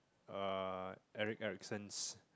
ah Eric Erickson